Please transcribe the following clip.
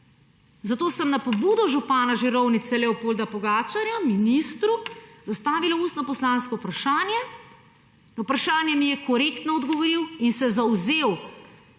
Zato sem na pobudo župana Žirovnice Leopolda Pogačarja ministru zastavila ustno poslansko vprašanje. Na vprašanje mi je korektno odgovoril in se zavzel,